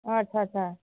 ଆଚ୍ଛା ଆଚ୍ଛା